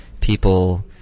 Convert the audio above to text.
people